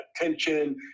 attention